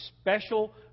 special